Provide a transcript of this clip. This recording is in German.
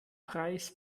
preis